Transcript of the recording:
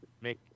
make